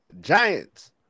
Giants